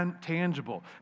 tangible